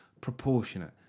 proportionate